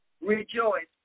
Rejoice